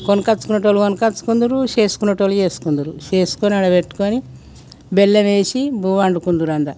కొనక్కొచ్చుకునేవాళ్లు కొనుక్కొచ్చు కుంటారు చేసుకొనేవాళ్లు చేసుకుంటారు చేసుకొని ఆడ పెట్టుకొని బెల్లం వేసి బువ్వ వండుకుంటారు అంతా